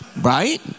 Right